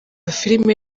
filime